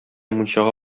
мунчага